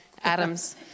Adam's